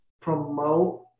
promote